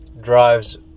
drives